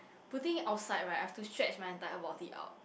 putting it outside right I have to stretch my entire body out